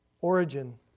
Origin